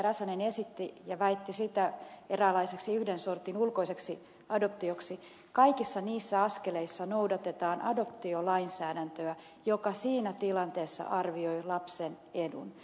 räsänen esitti ja väitti sitä eräänlaiseksi yhden sortin ulkoiseksi adoptioksi kaikissa niissä askeleissa noudatetaan adoptiolainsäädäntöä joka siinä tilanteessa arvioi lapsen edun